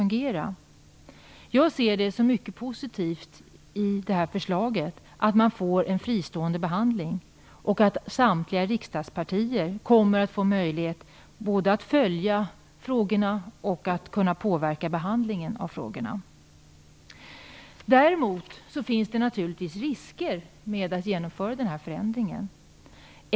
När det gäller det här förslaget ser jag det som mycket positivt att det blir en fristående behandling och att samtliga riksdagspartier får möjlighet både att följa frågorna och att påverka behandlingen av frågorna. Men det finns naturligtvis också risker med att genomföra en sådan här förändring.